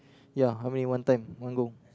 ya how many one time one go